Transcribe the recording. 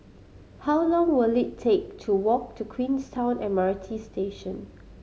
how long will it take to walk to Queenstown M R T Station